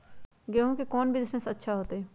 गेंहू के कौन बिजनेस अच्छा होतई?